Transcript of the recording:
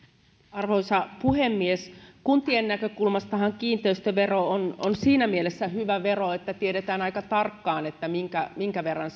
arvoisa puhemies kuntien näkökulmastahan kiinteistövero on siinä mielessä hyvä vero että tiedetään aika tarkkaan minkä minkä verran